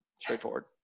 straightforward